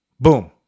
Boom